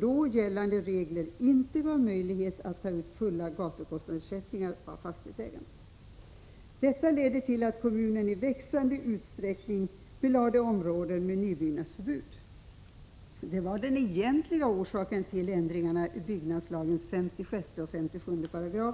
Då gällande regler gav nämligen inte möjlighet att ta ut fulla gatukostnadsersättningar av fastighetsägarna. Detta ledde till att kommunerna i växande utsträckning belade områden med nybyggnadsförbud. Det var den egentliga orsaken till ändringarna i byggnadslagens 56 och 57 §§